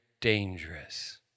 dangerous